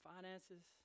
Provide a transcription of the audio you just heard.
Finances